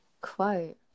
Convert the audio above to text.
Quote